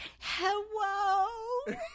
Hello